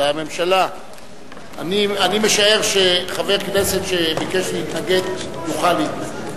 אני משער שחבר כנסת שביקש להתנגד יוכל להתנגד.